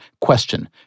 Question